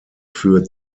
für